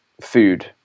food